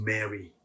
Mary